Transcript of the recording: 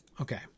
Okay